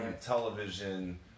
television